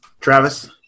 Travis